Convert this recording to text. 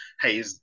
hey